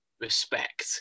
respect